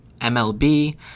MLB